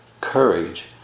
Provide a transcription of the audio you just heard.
courage